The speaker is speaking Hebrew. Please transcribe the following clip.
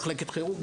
במחלקת כירורגיה.